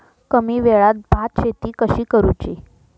कमी वेळात भात शेती कशी करुची?